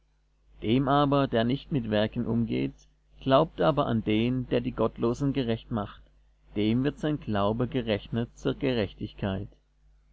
dem aber der nicht mit werken umgeht glaubt aber an den der die gottlosen gerecht macht dem wird sein glaube gerechnet zur gerechtigkeit